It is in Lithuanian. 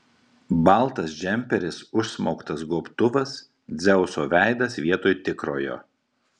baltas džemperis užsmauktas gobtuvas dzeuso veidas vietoj tikrojo